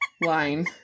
line